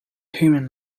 human